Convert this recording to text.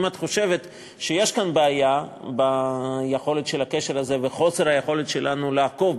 אם את חושבת שיש כאן בעיה ביכולת של הקשר הזה וחוסר היכולת שלנו לעקוב,